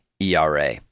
ERA